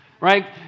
Right